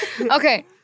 Okay